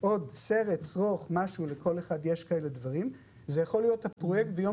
ועוד סרט או שרוך כדי לתלות את התליון על הצוואר,